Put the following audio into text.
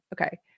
okay